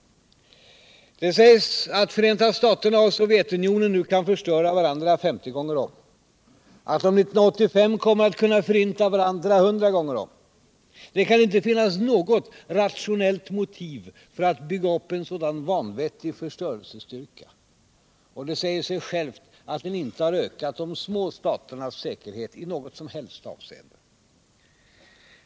Det sägs att Förenta staterna och Sovjetunionen nu kan förstöra varandra femtio gånger om, att de 1985 kommer att kunna förinta varandra hundra — Nr 96 gånger om. Det kan inte finnas några rationella motiv för att bygga upp en Onsdagen den sådan vanvettig förstörelsestyrka. Och det säger sig självt att den inte har ökat 15 mars 1978 de små staternas säkerhet i något som helst avseende.